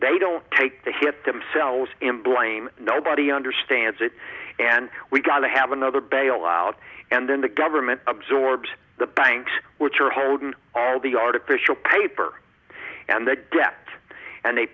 they don't take the hit themselves in blame nobody understands it and we've got to have another bailout and then the government absorbs the banks which are holding all the artificial paper and the debt and they